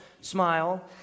smile